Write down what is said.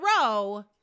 row